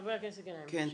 חבר הכנסת גנאים, בבקשה.